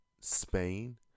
Spain